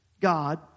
God